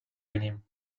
بینیم